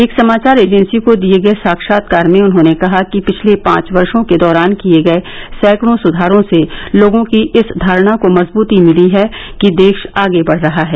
एक समाचार एजेंसी को दिये गये साक्षात्कार में उन्होंने कहा कि पिछले पांच वर्षों के दौरान किये गये सैंकड़ों सुधारों से लोगों की इस धारणा को मजबूती मिली है कि देश आगे बढ़ रहा है